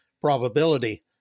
probability